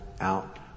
out